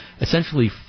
essentially